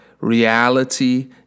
reality